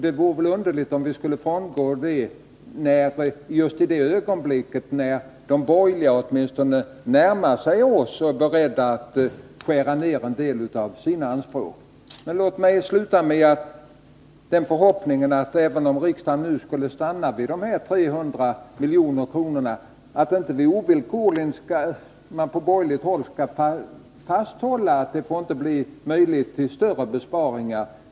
Det vore väl underligt om vi skulle frångå det just i det ögonblicket när de borgerliga åtminstone till en del närmar sig oss och är beredda att skära ned en del av sina anspråk. Låt mig sluta med förhoppningen att man från borgerligt håll inte ovillkorligen skall hålla fast vid en viss summa, även om riksdagen nu skulle stanna vid de 300 miljonerna.